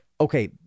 okay